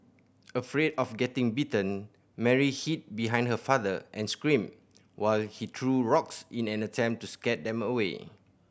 afraid of getting bitten Mary hid behind her father and screamed while he threw rocks in an attempt to scare them away